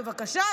בבקשה,